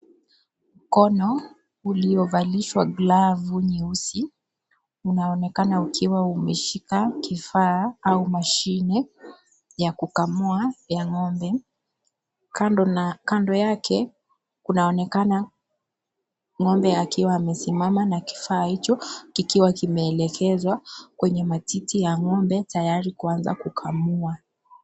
Mkono uliovalishwa glavu nyeusi unaonekana ukiwa umeshika kifaa au mashine ya kukamua ya ng'ombe. Kando yake kunaonekana ng'ombe akiwa amesimama na kifaa hicho kikiwa kimeelekezwa kwenye matiti ya ng'ombe tayari kuanza kukamua.